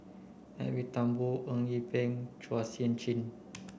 Edwin Thumboo Eng Yee Peng Chua Sian Chin